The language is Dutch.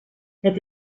het